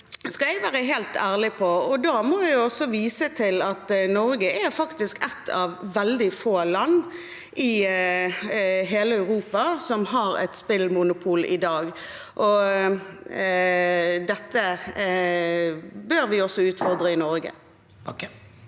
skal jeg være helt ærlig på. Da må jeg også vise til at Norge faktisk er ett av veldig få land i hele Europa som har et spillmonopol i dag, og dette bør vi også utfordre i Norge. Åse